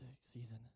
season